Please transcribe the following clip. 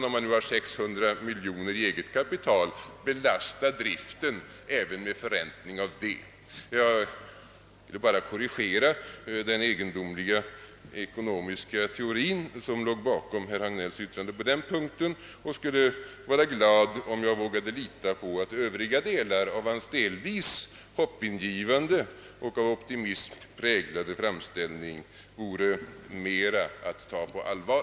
Om man har 600 miljoner kronor i eget kapital, måste man alltså belasta driften även med förräntning av detta. Jag ville bara korrigera den egendomliga ekonomiska teori som låg bakom herr Hagnells yttrande på denna punkt. Jag skulle vara glad om jag vågade lita på att övriga delar av hans delvis hopp ingivande och av optimism präglade framställning vore att ta mera på allvar.